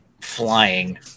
flying